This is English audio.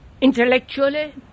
intellectually